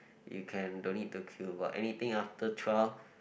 you can don't need to queue but anything after twelve